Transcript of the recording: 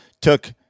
took